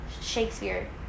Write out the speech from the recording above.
Shakespeare